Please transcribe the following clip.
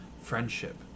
friendship